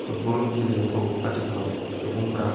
football गेलेनायखौ आथिखालाव सुबुंफ्रा